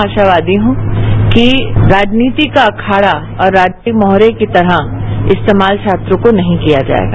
मैं आशावादी हूं कि राजनीति का अखाड़ा और राजनीतिक मोहरे की तरह इस्तेमाल छात्रों को नहीं किया जायेगा